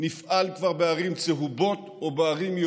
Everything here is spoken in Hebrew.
אני שמח שבכל מקום שמתעוררת בעיה מערכת הביטחון ניגשת,